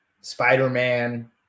Spider-Man